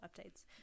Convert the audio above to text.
updates